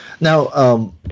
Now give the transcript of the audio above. Now